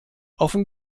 offen